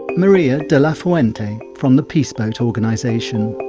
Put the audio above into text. maria de la fuente from the peace boat organisation.